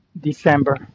December